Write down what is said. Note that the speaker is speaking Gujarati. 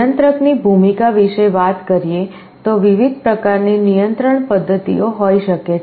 નિયંત્રક ની ભૂમિકા વિશે વાત કરીએ તો વિવિધ પ્રકારની નિયંત્રણ પદ્ધતિઓ હોઈ શકે છે